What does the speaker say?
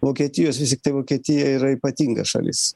vokietijos vis tiktai vokietija yra ypatinga šalis